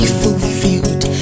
fulfilled